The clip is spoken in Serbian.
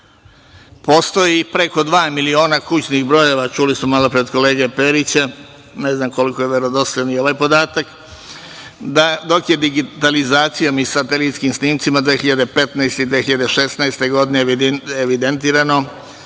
Postoji preko dva miliona kućnih brojeva, čuli smo malo pre od kolege Perića, ne znam koliko je verodostojan i ovaj podatak. Dok je digitalizacija, mi satelitskim snimcima 2015. i 2016. godine evidentirano,